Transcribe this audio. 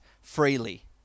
freely